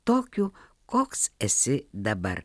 tokiu koks esi dabar